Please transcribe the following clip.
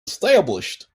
established